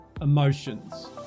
emotions